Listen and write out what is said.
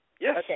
yes